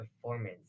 performance